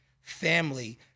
family